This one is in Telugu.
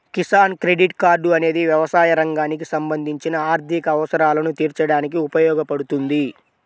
కిసాన్ క్రెడిట్ కార్డ్ అనేది వ్యవసాయ రంగానికి సంబంధించిన ఆర్థిక అవసరాలను తీర్చడానికి ఉపయోగపడుతుంది